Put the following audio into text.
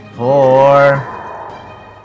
Four